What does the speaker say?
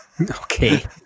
Okay